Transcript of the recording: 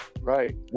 Right